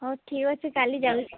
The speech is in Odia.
ହଉ ଠିକ୍ ଅଛି କାଲି ଯାଉଛି